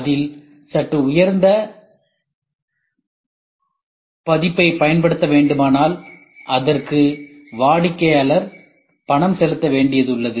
அதில் சற்று உயர்ந்த பகுப்பை பயன்படுத்த வேண்டுமானால் அதற்கு வாடிக்கையாளர் பணம் செலுத்த வேண்டியது உள்ளது